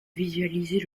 visualiser